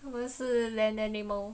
他们是 land animal